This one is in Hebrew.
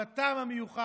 עם הטעם המיוחד,